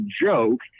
joke